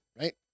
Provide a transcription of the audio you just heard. Right